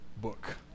book